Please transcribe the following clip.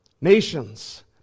Nations